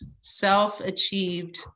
self-achieved